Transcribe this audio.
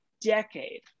decade